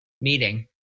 meeting